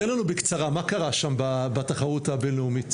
תן לנו בקצרה מה קרה שם בתחרות הבינלאומית?